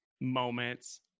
moments